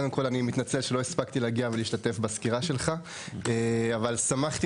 קודם כל אני מתנצל שלא הספקתי להגיע ולהשתתף בסקירה שלך אבל שמחתי